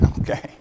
Okay